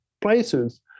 places